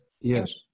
Yes